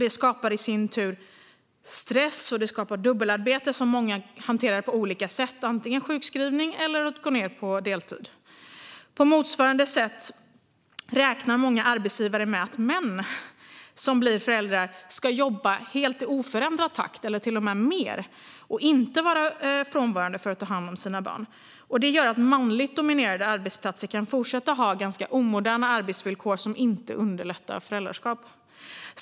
Det skapar i sin tur stress och dubbelarbete som många hanterar antingen genom sjukskrivning eller genom att gå ned på deltid. På motsvarande sätt räknar många arbetsgivare med att män som blir föräldrar ska jobba i helt oförändrad takt eller till och med mer och inte vara frånvarande för att ta hand om sina barn. Det gör att manligt dominerade arbetsplatser kan fortsätta att ha ganska omoderna arbetsvillkor som inte underlättar föräldraskap.